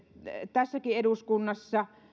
tässäkin eduskunnassa